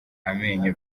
amenyo